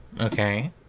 Okay